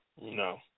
No